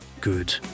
good